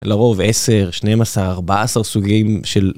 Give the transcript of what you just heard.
לרוב 10, 12, 14 סוגים של